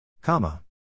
Comma